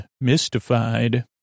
mystified